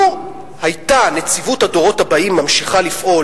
לו היתה נציבות הדורות הבאים ממשיכה לפעול